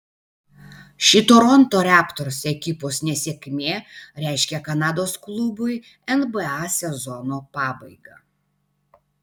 ši toronto raptors ekipos nesėkmė reiškia kanados klubui nba sezono pabaigą